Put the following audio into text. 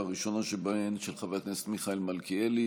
הראשונה שבהן היא של חבר הכנסת מיכאל מלכיאלי.